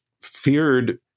feared